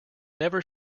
never